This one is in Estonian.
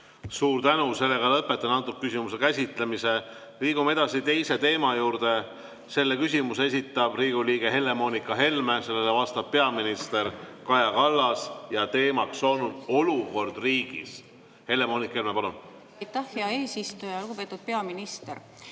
Suur tänu! Lõpetan selle küsimuse käsitlemise. Liigume edasi teise teema juurde. Küsimuse esitab Riigikogu liige Helle-Moonika Helme, vastab peaminister Kaja Kallas ja teemaks on olukord riigis. Helle-Moonika Helme, palun!